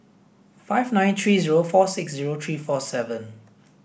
five nine three zero four six zero three four seven